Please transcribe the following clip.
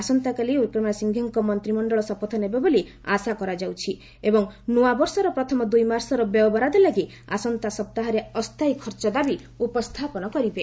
ଆସନ୍ତାକାଲି ୱିକ୍ରମାସିଫ୍ଟେଙ୍କ ମନ୍ତ୍ରିମଣ୍ଡଳ ଶପଥ ନେବେ ବୋଲି ଆଶା କରାଯାଉଛି ଏବଂ ନୂଆବର୍ଷର ପ୍ରଥମ ଦୁଇମାସର ବ୍ୟୟ ବରାଦ ଲାଗି ଆସନ୍ତା ସପ୍ତାହରେ ଅସ୍ଥାୟୀ ଖର୍ଚ୍ଚ ଦାବି ଉପସ୍ଥାପନ କରିବେ